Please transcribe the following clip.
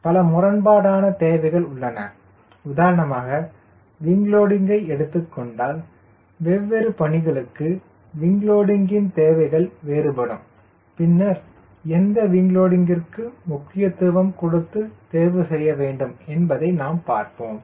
பல முரண்பாடான தேவைகள் உள்ளன உதாரணமாக விங் லோடிங்யை எடுத்துக்கொண்டால் வெவ்வேறு பணிகளுக்கு விங் லோடிங்கின் தேவைகள் வேறுபடும் பின்னர் எந்த விங் லோடிங்கிற்கு முக்கியத்துவம் கொடுத்து தேர்வு செய்ய வேண்டும் என்பதை நாம் பார்ப்போம்